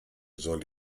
soll